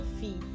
fee